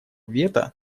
вето